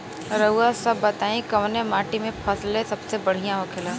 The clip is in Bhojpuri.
रउआ सभ बताई कवने माटी में फसले सबसे बढ़ियां होखेला?